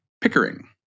Pickering